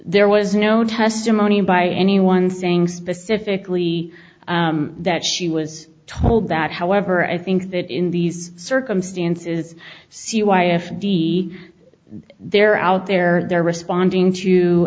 there was no testimony by anyone saying specifically that she was told that however i think that in these circumstances they're out there they're responding to